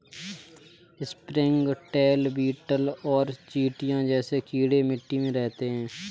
springtail, beetle और चींटियां जैसे कीड़े मिट्टी में रहते हैं